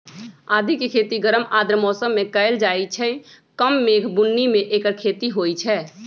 आदिके खेती गरम आर्द्र मौसम में कएल जाइ छइ कम मेघ बून्नी में ऐकर खेती होई छै